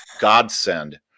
godsend